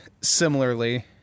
Similarly